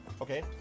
okay